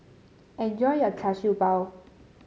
enjoy your Char Siew Bao